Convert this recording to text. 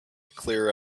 clear